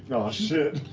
shit!